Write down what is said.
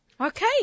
Okay